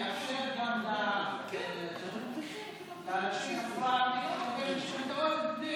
תאפשר גם לאנשים עצמם לקבל משכנתאות,